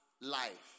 life